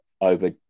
over